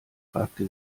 fragte